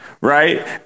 Right